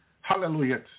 Hallelujah